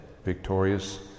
victorious